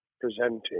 presenting